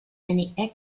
any